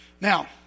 Now